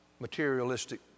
Materialistic